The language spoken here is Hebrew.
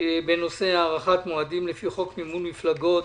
הצעת בקשת הארכת מועדים לפי חוק מימון מפלגות,